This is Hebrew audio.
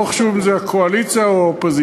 לא חשוב אם זה מהקואליציה או מהאופוזיציה.